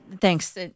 thanks